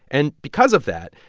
and because of that,